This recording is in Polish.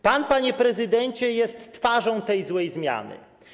Pan, panie prezydencie, jest twarzą tej złej zmiany.